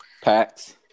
Packs